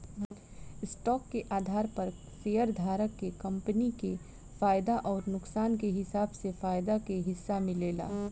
stock के आधार पर शेयरधारक के कंपनी के फायदा अउर नुकसान के हिसाब से फायदा के हिस्सा मिलेला